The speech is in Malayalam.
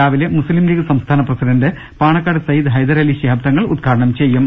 രാ മു സ്ലിംലീഗ് സ്ഥാ ന വി ലെ president Panakkad Sayyid Hyderali Shihab Thangal ഉദ്ഘാടനം ചെയ്യും